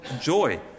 joy